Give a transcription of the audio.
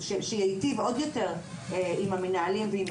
שייטיב עוד יותר עם המנהלים ועם בתי הספר,